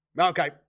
Okay